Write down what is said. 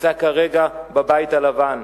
שנמצא כרגע בבית הלבן: